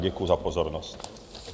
Děkuji za pozornost.